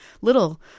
little